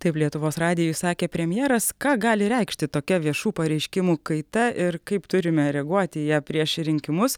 taip lietuvos radijui sakė premjeras ką gali reikšti tokia viešų pareiškimų kaita ir kaip turime reaguoti į ją prieš rinkimus